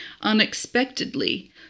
Unexpectedly